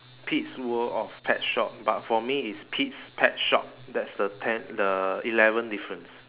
pete's world of pets shop but for me it's pete's pet shop that's the ten~ the eleventh difference